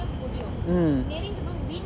mm